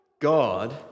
God